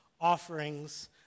offerings